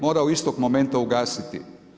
Mora istog momenta ugasiti.